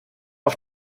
auf